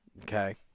Okay